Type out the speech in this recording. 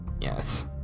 Yes